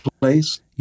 place